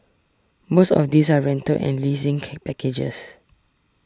most of these are rental and leasing packages